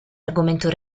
argomento